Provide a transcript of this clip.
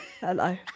hello